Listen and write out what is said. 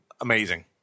Amazing